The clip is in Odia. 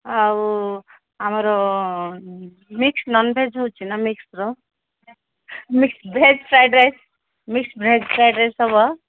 ଆଉ ଆମର ମିକ୍ସ ନନ୍ଭେଜ୍ ହେଉଛି ନା ମିକ୍ସ୍ର mix veg fried rice mix veg fried rice ଦେବ